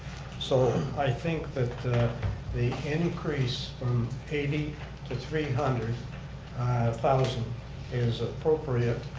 so i think that the increase from eighty to three hundred thousand is appropriate.